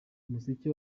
umuseke